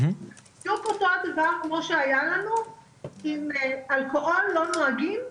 בדיוק אותו הדבר כמו שהיה לנו בקמפיין של "אם שותים לא נוהגים",